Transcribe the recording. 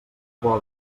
vola